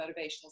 motivational